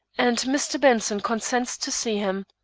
and mr. benson consents to see him.